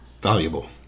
valuable